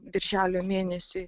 birželio mėnesiui